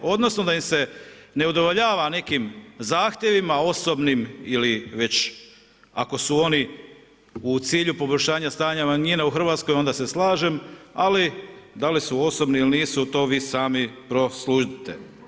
Odnosno da im se ne udovoljava nekim zahtjevima osobnim ili već ako su oni u cilju poboljšanja stanja manjina u Hrvatskoj onda se slažem, ali da li su osobni ili nisu, to vi sami prosudite.